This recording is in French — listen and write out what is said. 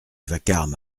vacarme